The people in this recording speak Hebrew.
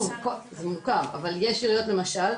יש עיריות למשל,